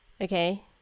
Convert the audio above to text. okay